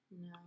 No